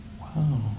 Wow